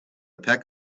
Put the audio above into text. peck